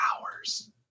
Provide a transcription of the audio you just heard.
hours